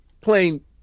playing